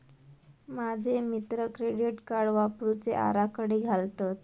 माझे मित्र credit card वापरुचे आराखडे घालतत